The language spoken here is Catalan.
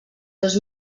dos